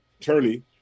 attorney